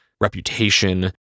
Reputation